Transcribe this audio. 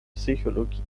psychologie